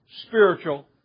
spiritual